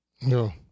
no